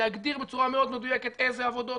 להגדיר בצורה מאוד מדויקת איזה עבודות,